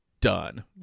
done